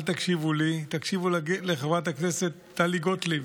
אל תקשיבו לי, תקשיבו לחברת הכנסת טלי גוטליב.